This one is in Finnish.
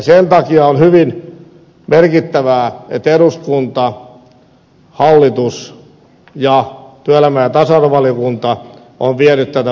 sen takia on hyvin merkittävää että eduskunta hallitus ja työelämä ja tasa arvovaliokunta ovat vieneet tätä muutosta eteenpäin